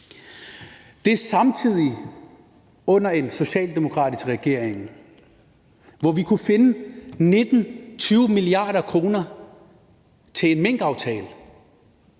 Det sker samtidig under en socialdemokratisk regering, hvor vi kunne finde 19-20 mia. kr. til en minkaftale.